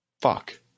Fuck